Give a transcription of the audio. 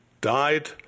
died